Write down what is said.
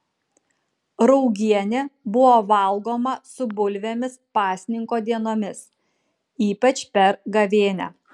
raugienė buvo valgoma su bulvėmis pasninko dienomis ypač per gavėnią